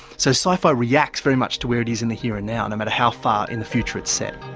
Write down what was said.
so sci-fi reacts very much to where it is in the here and now, no matter how far in the future it's set.